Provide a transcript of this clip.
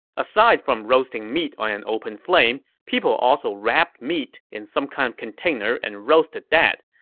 aside from roasting meat on an open flame, people also wrapped meat in some kind of container and roasted that.